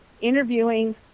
interviewing